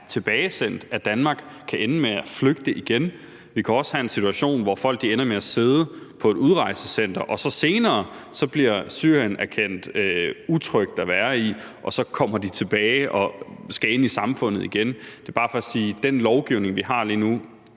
tilbagesendt af Danmark, kan ende med at flygte igen. Vi kan også have en situation, hvor folk ender med at sidde på et udrejsecenter, og hvor Syrien så senere bliver erklæret utrygt at være i, og så kommer de tilbage og skal ind i samfundet igen. Det er bare for at sige, at den lovgivning, vi har lige nu,